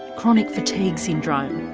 chronic fatigue syndrome